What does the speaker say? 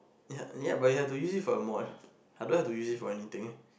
ya ya but you have to use it for your mod I don't have to use it for anything